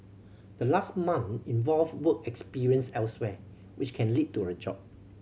the last month involve work experience elsewhere which can lead to a job